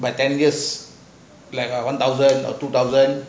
but ten years like err one thousand or two thousand